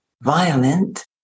violent